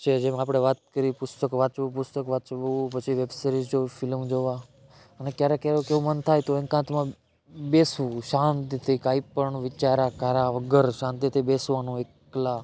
છે જેમ આપણે વાત કરી પુસ્તક વાંચવું પુસ્તક વાંચવું પછી વેબ સીરિઝ જોવી ફિલમ જોવાં અને ક્યારેક ક્યારેક એવું મન થાય તો એકાંતમાં બેસવું શાંતિથી કાંઈ પણ વિચાર્યા કર્યા વગર શાંતિથી બેસવાનું એકલા